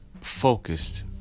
focused